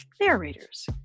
narrators